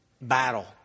battle